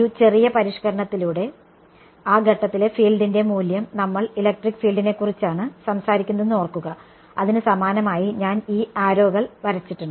ഒരു ചെറിയ പരിഷ്ക്കരണത്തോടെ ആ ഘട്ടത്തിലെ ഫീൽഡിന്റെ മൂല്യം നമ്മൾ ഇലക്ട്രിക് ഫീൽഡിനെക്കുറിച്ചാണ് സംസാരിക്കുന്നതെന്ന് ഓർക്കുക അതിനു സമാനമായി ഞാൻ ഈ അരോകൾ വരച്ചിട്ടുണ്ട്